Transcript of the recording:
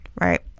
Right